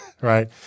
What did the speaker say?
right